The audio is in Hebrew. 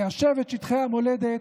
ליישב את שטחי המולדת,